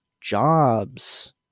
jobs